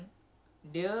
ya